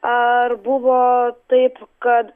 ar buvo taip kad